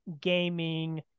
gaming